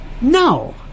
no